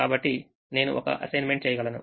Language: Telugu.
కాబట్టి నేను ఒక అసైన్మెంట్ చేయగలను